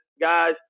guys